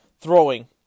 throwing